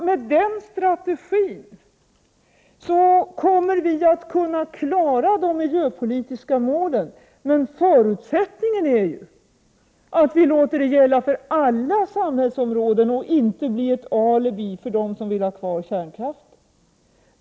Med den strategin kommer vi att klara de miljöpolitiska målen, men förutsättningen är att detta gäller på alla samhällsområden, så att det inte blir ett alibi för dem som vill ha kärnkraften kvar.